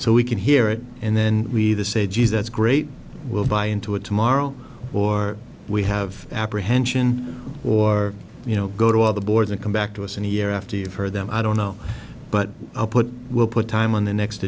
so we can hear it and then we the say geez that's great we'll buy into it tomorrow or we have apprehension or you know go to other boards and come back to us in a year after you've heard them i don't know but i'll put we'll put time on the next